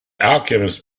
alchemists